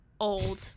old